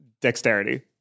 dexterity